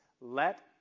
let